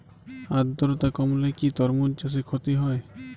আদ্রর্তা কমলে কি তরমুজ চাষে ক্ষতি হয়?